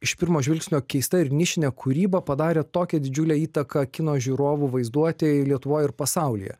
iš pirmo žvilgsnio keista ir nišinė kūryba padarė tokią didžiulę įtaką kino žiūrovų vaizduotei lietuvoj ir pasaulyje